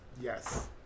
Yes